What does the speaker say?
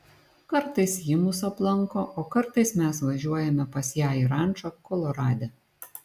kartais ji mus aplanko o kartais mes važiuojame pas ją į rančą kolorade